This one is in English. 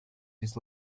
this